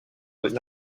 would